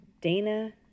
Dana